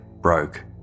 broke